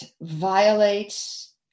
violates